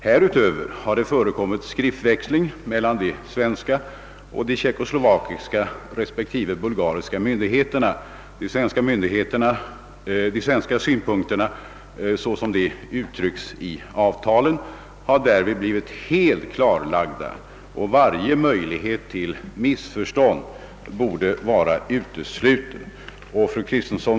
Härutöver har det förekommit skriftväxling mellan de svenska och de tjeckoslovakiska respektive bulgariska myndigheterna. De svenska synpunkterna, såsom de uttrycks i avtalen, har därvid blivit helt klarlagda, och varje möjlighet till missförstånd borde vara utesluten.